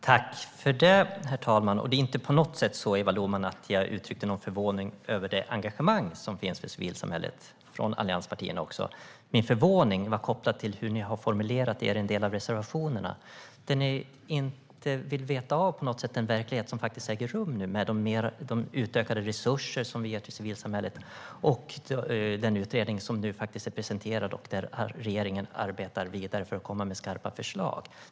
Herr talman! Jag uttryckte inte på något sätt någon förvåning, Eva Lohman, över det engagemang som finns för civilsamhället hos allianspartierna. Min förvåning var kopplad till hur ni har formulerat er i en del av reservationerna, där ni inte vill veta av den verklighet som faktiskt är nu. Vi ger utökade resurser till civilsamhället. En utredning är nu presenterad, och regeringen arbetar vidare för att komma med skarpa förslag.